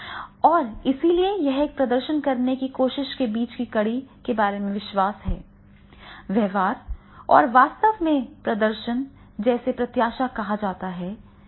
और इसलिए यह एक प्रदर्शन करने की कोशिश के बीच की कड़ी के बारे में विश्वास है व्यवहार और वास्तव में प्रदर्शन जिसे प्रत्याशा कहा जाता है